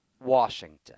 Washington